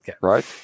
right